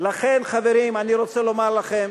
אני רוצה לומר לכם